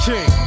King